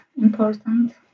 important